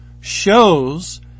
shows